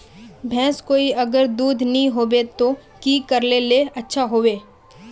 भैंस कोई अगर दूध नि होबे तो की करले ले अच्छा होवे?